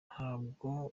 ntabwo